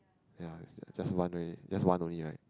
ya it just one only it just one only right